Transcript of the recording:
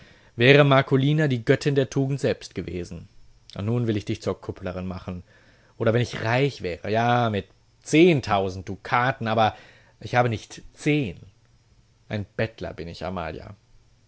wäre marcolina die göttin der tugend selbst gewesen und nun will ich dich zur kupplerin machen oder wenn ich reich wäre ja mit zehntausend dukaten aber ich habe nicht zehn ein bettler bin ich amalia